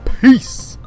peace